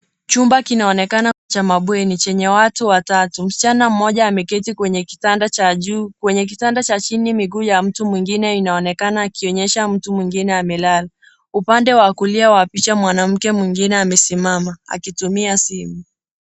Chumba kinaonekana cha mabweni chenye watu watatu. Msichana mmoja ameketi kwenye kitanda cha juu. Kwenye kitanda cha chini miguu ya mtu mwingine inaonekana ikionyesha mtu mwingine amelala. Upande wa kulia wa picha, mwanamke mwingine amesimama akitumia simu.